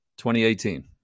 2018